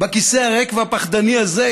בכיסא הריק והפחדני הזה,